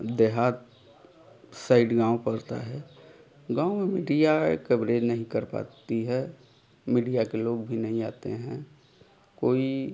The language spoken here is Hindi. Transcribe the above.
देहात सइड गाँव पड़ता है गाँव में मीडिया कवरेज नहीं कर पाती है मीडिया के लोग भी नहीं आते हैं कोई